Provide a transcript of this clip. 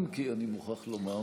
אם כי אני מוכרח לומר